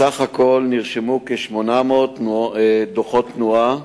בסך הכול נרשמו כ-800 דוחות תנועה